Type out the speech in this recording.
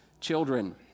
children